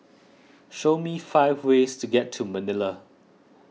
show me five ways to get to Manila